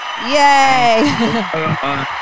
Yay